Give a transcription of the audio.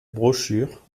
brochure